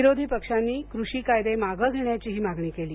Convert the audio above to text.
विरोधी पक्षांनी कृषी कायदे मागं घेण्याची ही मागणी केली